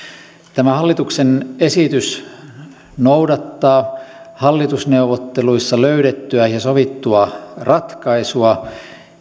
tämä hallituksen esitys noudattaa hallitusneuvotteluissa löydettyä ja sovittua ratkaisua